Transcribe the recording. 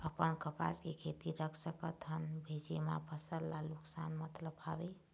अपन कपास के खेती रख सकत हन भेजे मा फसल ला नुकसान मतलब हावे?